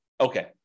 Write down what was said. okay